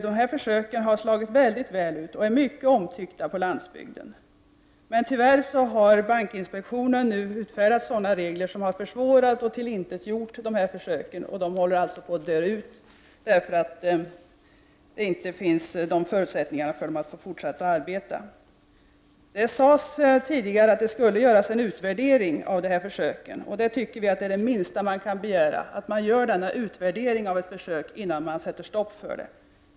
Dessa försök har slagit mycket väl ut, och de är mycket omtyckta på landsbygden. Men tyvärr har bankinspektionen nu utfärdat sådana regler att dessa försök har försvårats eller tillintetgjorts. De håller på att dö ut, eftersom det inte finns förutsättningar för ett fortsatt arbete. Det har tidigare sagts att det skulle göras en utvärdering av dessa försök. Vi anser att det minsta man kan begära är att en utvärdering görs av ett försök innan man sätter stopp för det.